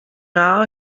now